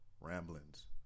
Ramblings